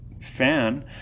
fan